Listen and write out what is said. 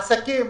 עסקים,